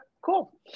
cool